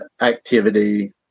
activity